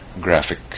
graphic